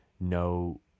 no